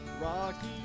Rocky